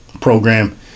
program